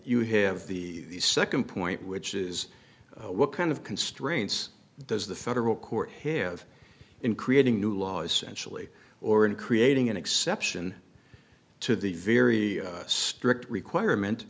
you have the second point which is what kind of constraints does the federal court have in creating new laws sensually or in creating an exception to the very strict requirement